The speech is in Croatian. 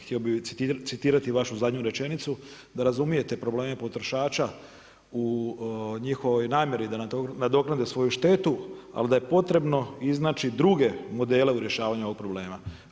Htio bih citirati vašu zadnju rečenicu, da razumijete probleme potrošača u njihovoj namjeri da nadoknade svoju štetu, ali da je potrebno iznaći druge modele u rješavanju ovog problema.